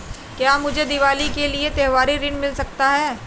क्या मुझे दीवाली के लिए त्यौहारी ऋण मिल सकता है?